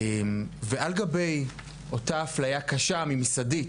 על גבי אותה אפליה קשה, ממסדית,